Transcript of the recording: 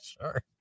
sure